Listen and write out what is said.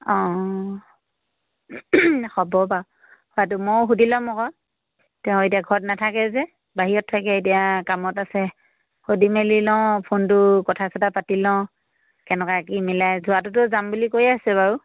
অঁ হ'ব বাৰু খোৱাটো ময়ো সুধি ল'ম আকৌ তেওঁ এতিয়া ঘৰত নাথাকে যে বাহিৰত থাকে এতিয়া কামত আছে সুধি মেলি লওঁ ফোনটো কথা চথা পাতি লওঁ কেনেকুৱা কি মিলাই যোৱাটোতো যাম বুলি কৈয়ে আছে বাৰু